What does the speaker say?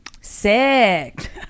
Sick